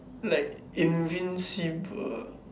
like invisible